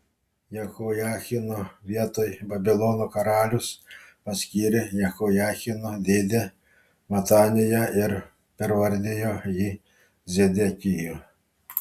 jehojachino vietoj babilono karalius paskyrė jehojachino dėdę mataniją ir pervardijo jį zedekiju